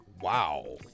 Wow